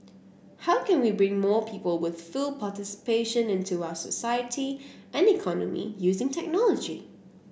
how can we bring more people with full participation into our society and economy using technology